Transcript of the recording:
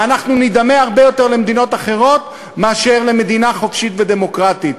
ואנחנו נדמה הרבה יותר למדינות אחרות מאשר למדינה חופשית ודמוקרטית.